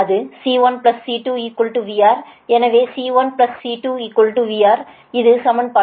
எனவே C1 C2 VR இது சமன்பாடு 30